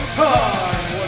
time